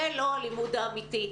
זה לא הלימוד האמיתי.